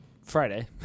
Friday